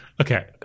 Okay